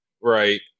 right